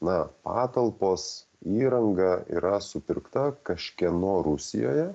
na patalpos įranga yra supirkta kažkieno rusijoje